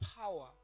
power